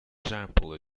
example